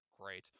great